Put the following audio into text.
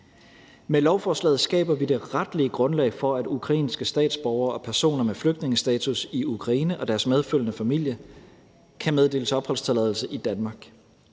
Med lovforslaget skaber vi det retlige grundlag for, at ukrainske statsborgere og personer med flygtningestatus i Ukraine og deres medfølgende familie kan meddeles opholdstilladelse i Danmark.